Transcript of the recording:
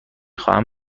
خواهم